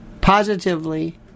positively